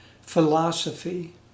philosophy